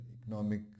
economic